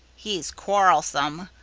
he's quarrelsome.